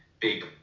Big